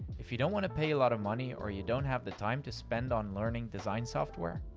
if you don't wanna pay a lot of money, or you don't have the time to spend on learning design software,